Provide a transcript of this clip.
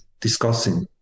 discussing